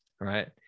right